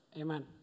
Amen